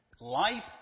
life